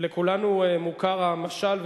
לכולנו מוכר המשל,